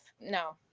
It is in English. no